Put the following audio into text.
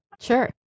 Sure